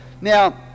Now